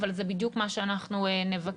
אבל זה בדיוק מה שאנחנו נבקש,